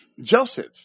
Joseph